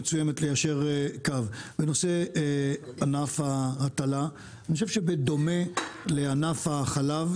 בנושא ענף ההטלה: אני חושב שבדומה לענף החלב,